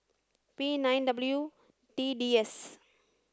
P nine W T D S